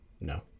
No